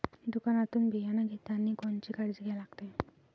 दुकानातून बियानं घेतानी कोनची काळजी घ्या लागते?